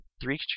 Three